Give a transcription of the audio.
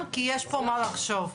אין לי את החומר.